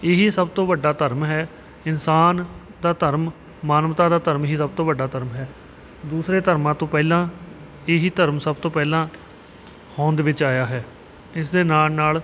ਇਹੀ ਸਭ ਤੋਂ ਵੱਡਾ ਧਰਮ ਹੈ ਇਨਸਾਨ ਦਾ ਧਰਮ ਮਾਨਵਤਾ ਦਾ ਧਰਮ ਹੀ ਸਭ ਤੋਂ ਵੱਡਾ ਧਰਮ ਹੈ ਦੂਸਰੇ ਧਰਮਾਂ ਤੋਂ ਪਹਿਲਾਂ ਇਹੀ ਧਰਮ ਸਭ ਤੋਂ ਪਹਿਲਾਂ ਹੋਂਦ ਵਿੱਚ ਆਇਆ ਹੈ ਇਸ ਦੇ ਨਾਲ ਨਾਲ